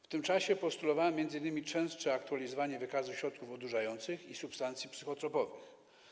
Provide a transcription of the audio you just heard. W tym czasie postulowałem m.in. częstsze aktualizowanie wykazu środków odurzających i substancji psychotropowych.